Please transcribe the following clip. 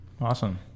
Awesome